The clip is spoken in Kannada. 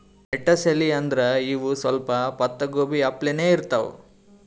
ಲೆಟ್ಟಸ್ ಎಲಿ ಅಂದ್ರ ಇವ್ ಸ್ವಲ್ಪ್ ಪತ್ತಾಗೋಬಿ ಅಪ್ಲೆನೇ ಇರ್ತವ್